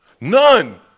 None